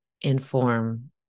inform